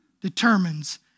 determines